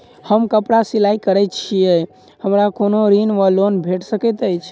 हम कापड़ सिलाई करै छीयै हमरा कोनो ऋण वा लोन भेट सकैत अछि?